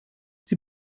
die